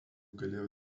galėjo